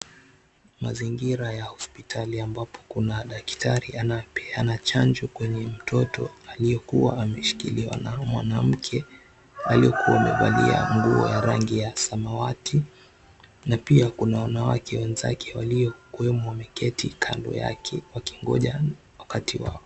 Mazingira ya hospitali ambapo kuna daktari anapeana chanjo kwenye mtoto aliyekuwa ameshikiliwa na mwanamke aliyekuwa amevalia nguo ya rangi ya samawati na pia kuna wanawake wenzake waliokuwemo wameketi kando yake wakingo𝑗a wakati wao.